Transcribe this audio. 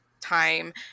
time